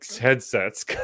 headsets